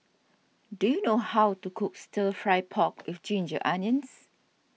do you know how to cook Stir Fry Pork with Ginger Onions